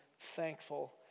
thankful